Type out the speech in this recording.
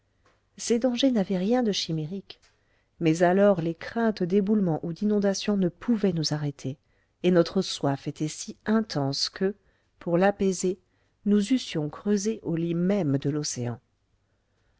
ces dangers n'avaient rien de chimérique mais alors les craintes d'éboulement ou d'inondation ne pouvaient nous arrêter et notre soif était si intense que pour l'apaiser nous eussions creusé au lit même de l'océan